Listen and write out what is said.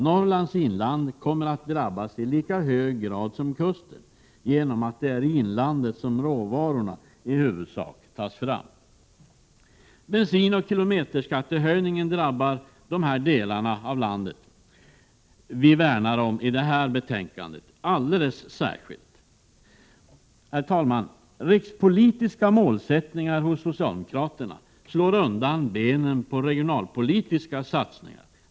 Norrlands inland kommer att drabbas i lika hög grad som kusten genom att det är i inlandet som råvarorna i huvudsak tas fram. Bensinoch kilometerskattehöjningen drabbar alldeles särskilt de delar av landet som vi värnar om i det nu aktuella betänkandet. Herr talman! Rikspolitiska målsättningar hos socialdemokraterna slår undan benen på regionalpolitiska satsningar.